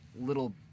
little